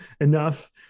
enough